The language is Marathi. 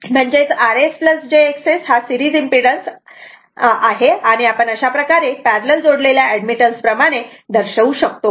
म्हणजेच rs jXS हा एक सिरीज इम्पेडन्स आपण अशाप्रकारे पॅरलल जोडलेल्या ऍडमिटन्स प्रमाणे दर्शवू शकतो